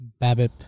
BABIP